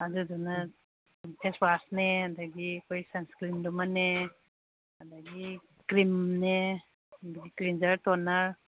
ꯑꯗꯨꯗꯨꯅ ꯐꯦꯁ ꯋꯥꯁꯅꯦ ꯑꯗꯒꯤ ꯑꯩꯈꯣꯏ ꯁꯟꯁ꯭ꯀꯔꯤꯟꯗꯨꯃꯅꯦ ꯑꯗꯒꯤ ꯀ꯭ꯔꯤꯝꯅꯦ ꯑꯗꯒꯤ ꯀ꯭ꯂꯤꯟꯖꯔ ꯇꯣꯅꯔ